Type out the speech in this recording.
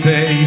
Say